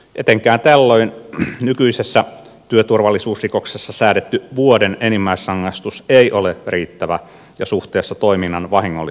etenkään tällöin nykyisessä työturvallisuusrikoksessa säädetty vuoden enimmäisrangaistus ei ole riittävä ja suhteessa toiminnan vahingollisuuteen